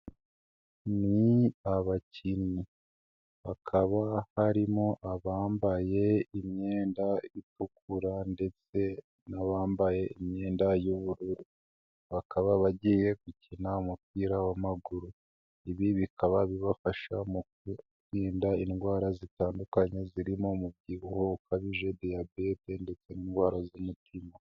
Ni abakinnyi bakaba harimo abambaye imyenda itukura ndetse n'abambaye imyenda y'ubururu, bakaba bagiye gukina umupira w'amaguru, ibi bikaba bibafasha mu kwinda indwara zitandukanye zirimo umubyibuho ukabije, diyabete ndetse n'indwara z'umutima.